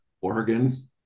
Oregon